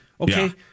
Okay